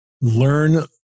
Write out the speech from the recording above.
learn